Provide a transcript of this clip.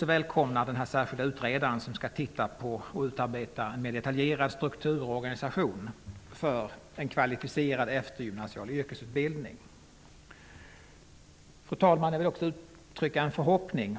Vi välkomnar också den särskilda utredaren som skall utarbeta en mer detaljerad struktur och organisation för en kvalificerad eftergymnasial yrkesutbildning. Fru talman! Jag vill också uttrycka en förhoppning